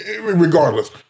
Regardless